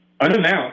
unannounced